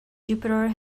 jupiter